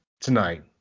tonight